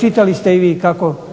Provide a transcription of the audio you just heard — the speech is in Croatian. čitali ste vi u